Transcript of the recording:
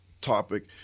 topic